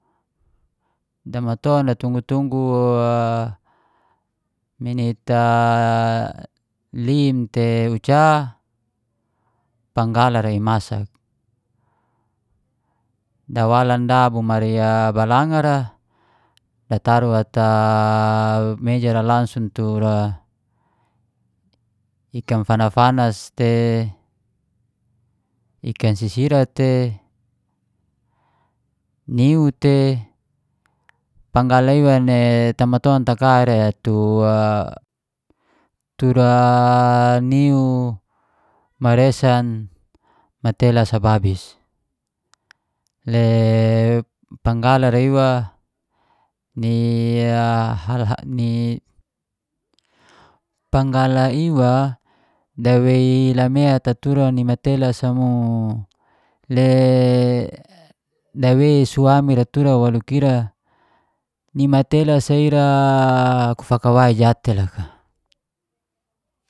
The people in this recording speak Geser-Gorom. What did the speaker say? Damaton datunggu-tunggu a minit, lim te, uca panggala i masak. Dawalan bo mari balanga ra, dataru ata mejara tura ikan fanas-fanas te ikan sisira te, niu te, panggala iwa ne tamaton taka ira tu tura niu, maresan, matelas ababis. Le paanggala ra iwa, ni panggala iwa dawei laet tura ni matelas a mo. Le dawei suami ra tura ni matelas ira kufakawai jatei loka.